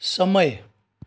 સમય